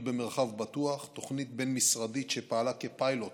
במרחב בטוח" תוכנית בין-משרדית שפעלה כפיילוט